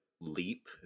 leap